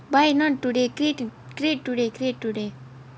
why not today cre~ create today clear today